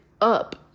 up